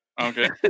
okay